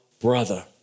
brother